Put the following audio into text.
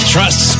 Trust